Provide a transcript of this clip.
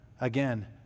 again